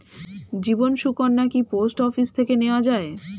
জীবন সুকন্যা কি post office থেকে নেওয়া যায়?